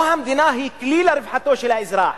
או שהמדינה היא כלי לרווחתו של האזרח.